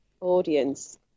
audience